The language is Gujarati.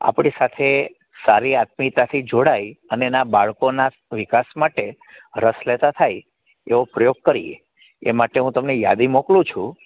આપણી સાથે સારી આત્મીયતાથી જોડાય અને એના બાળકોના વિકાસ માટે રસ લેતા થાય એવો પ્રયોગ કરીએ એ માટે હું તમને યાદી મોકલું છું